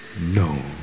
No